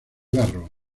barro